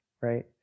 Right